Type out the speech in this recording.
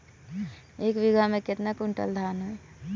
एक बीगहा में केतना कुंटल धान होई?